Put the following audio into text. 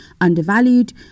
undervalued